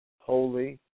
holy